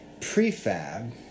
prefab